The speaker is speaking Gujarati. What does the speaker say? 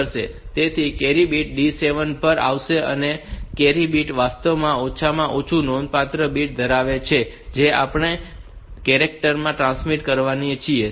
તેથી કેરી બીટ D7 બીટ પર આવશે અને કેરી બીટ વાસ્તવમાં ઓછામાં ઓછું નોંધપાત્ર બીટ ધરાવે છે જે આપણે કેરેક્ટર માં ટ્રાન્સમિટ કરવાના છીએ